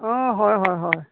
অঁ হয় হয় হয়